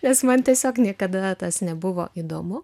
nes man tiesiog niekada tas nebuvo įdomu